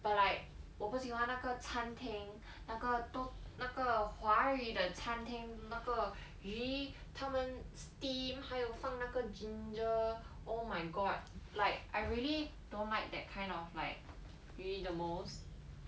but like 我不喜欢那个餐厅那个都那个华语的餐厅那个鱼他们 steam 还有放那个 ginger oh my god like I really don't like that kind of like 鱼 the most